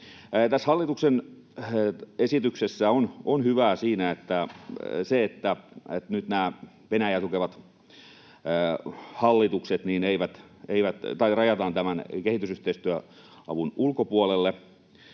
hallituksen esityksessä on hyvää se, että nyt nämä Venäjää tukevat hallitukset rajataan kehitysyhteistyöavun ulkopuolelle.